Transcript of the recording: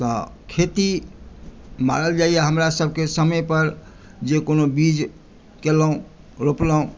तऽ खेती मारल जाइया हमरा सभके समय पर जे कोनो बीज केलहुँ रोपलहुँ